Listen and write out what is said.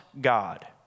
God